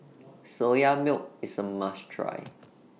Soya Milk IS A must Try